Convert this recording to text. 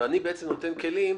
ואני בעצם נותן כלים.